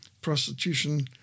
prostitution